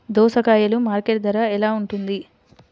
దోసకాయలు మార్కెట్ ధర ఎలా ఉంటుంది?